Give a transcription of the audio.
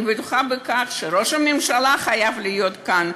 אני בטוחה שראש הממשלה חייב להיות כאן.